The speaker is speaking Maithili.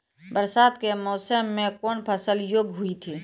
बरसात के मौसम मे कौन फसल योग्य हुई थी?